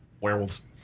werewolves